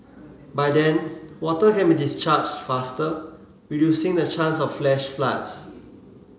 by then water can be discharged faster reducing the chance of flash floods